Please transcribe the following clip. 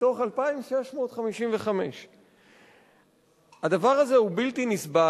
מתוך 2,655. הדבר הזה הוא בלתי נסבל.